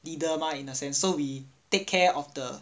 leader mah in a sense so wwe take care of the